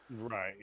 Right